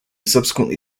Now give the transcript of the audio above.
subsequently